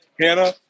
Hannah